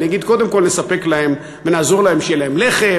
אני אגיד: קודם כול לספק להם ולעזור להם שיהיה להם לחם,